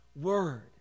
word